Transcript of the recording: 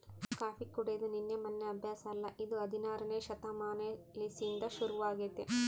coffee ಕುಡೆದು ನಿನ್ನೆ ಮೆನ್ನೆ ಅಭ್ಯಾಸ ಅಲ್ಲ ಇದು ಹದಿನಾರನೇ ಶತಮಾನಲಿಸಿಂದ ಶುರುವಾಗೆತೆ